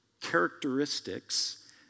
characteristics